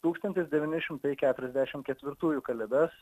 tūkstantis devyni šimtai keturiasdešimt ketvirtųjų kalėdas